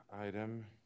item